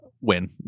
Win